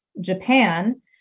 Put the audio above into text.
Japan